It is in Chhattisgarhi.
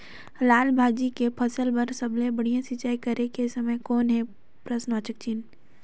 लाल भाजी के फसल बर सबले बढ़िया सिंचाई करे के समय कौन हे?